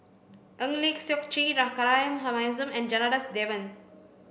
Eng Lee Seok Chee Rahayu Mahzam and Janadas Devan